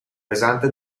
pesante